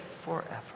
forever